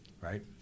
right